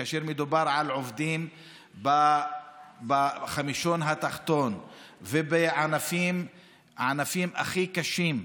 וכאשר מדובר על עובדים בחמישון התחתון ובענפים הכי קשים,